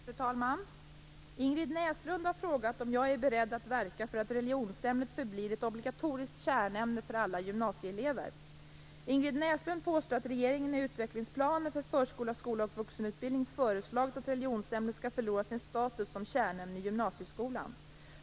Fru talman! Ingrid Näslund har frågat om jag är beredd att verka för att religionsämnet förblir ett obligatoriskt kärnämne för alla gymnasieelever. Ingrid Näslund påstår att regeringen i utvecklingsplanen för förskola, skola och vuxenutbildning föreslagit att religionsämnet skall förlora sin status som kärnämne i gymnasieskolan.